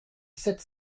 sept